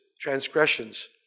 transgressions